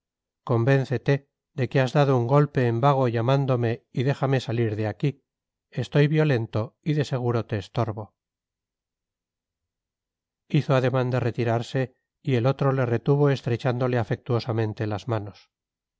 convéncete de que has dado un golpe en vago llamándome y déjame salir de aquí estoy violento y de seguro te estorbo hizo ademán de retirarse y el otro le retuvo estrechándole afectuosamente las manos